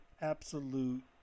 absolute